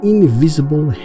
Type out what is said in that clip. invisible